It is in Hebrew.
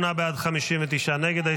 48 בעד, 59 נגד.